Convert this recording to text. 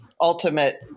ultimate